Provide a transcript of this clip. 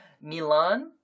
Milan